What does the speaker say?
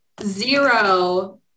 zero